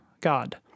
God